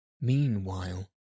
Meanwhile